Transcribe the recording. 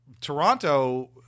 Toronto